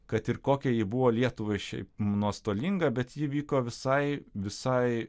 kad ir kokia ji buvo lietuvai šiaip nuostolinga bet ji vyko visai visai